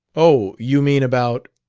oh, you mean about?